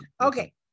Okay